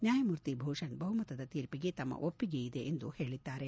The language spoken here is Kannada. ನ್ಯಾಯಮೂರ್ತಿ ಭೂಷಣ್ ಬಹುಮತದ ತೀರ್ಪಿಗೆ ತಮ್ನ ಒಪ್ಪಿಗೆಯಿದೆ ಎಂದು ಹೇಳದ್ದಾರೆ